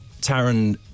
Taron